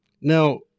Now